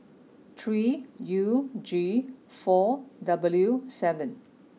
three U G four W seven